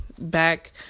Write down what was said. back